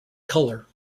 color